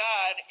God